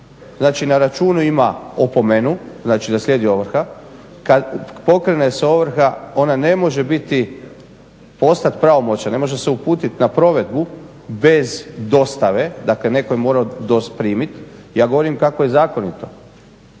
Znači na računu ima opomenu, znači da slijedi ovrha, kada pokrene se ovrha ona ne može biti, postati pravomoćna, ne može se uputiti na provedbu bez dostave, dakle netko je morao …/Govornik se ne razumije./… primiti, ja govorim kako je zakonito.